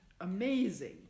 amazing